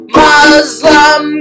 muslim